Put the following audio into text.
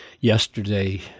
yesterday